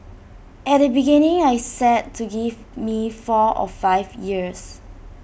at the beginning I said to give me four or five years